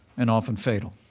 and often fatal.